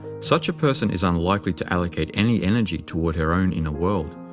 such a person is unlikely to allocate any energy toward her own inner world,